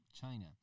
China